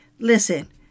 Listen